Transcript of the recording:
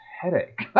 headache